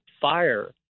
fire